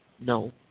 No